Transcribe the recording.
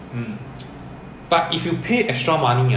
but if your car is just put a G plate